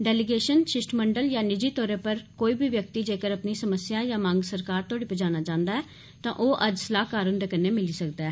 delegation शिष्टमंडल यां निजी तौरा पर बी कोई व्यक्ति जेक्कर अपनी समस्यां यां मंग सरकार तोह्ड़ी पुजाना चांह्दा ऐ तां ओह् अज्ज सलाह्कार हुंदे कन्नै मिली सकदा ऐ